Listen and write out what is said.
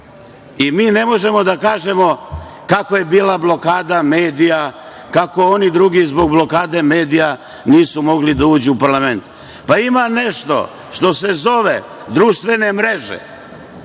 Mi ne možemo da kažemo kakva je bila blokada medija, kako oni drugi zbog blokade medija nisu mogli da uđu u parlament. Pa, ima nešto što se zove društvene mreže.